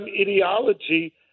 ideology